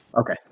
Okay